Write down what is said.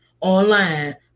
online